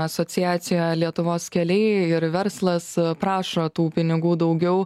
asociacija lietuvos keliai ir verslas prašo tų pinigų daugiau